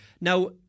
Now